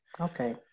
Okay